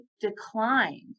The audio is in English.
declined